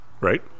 Right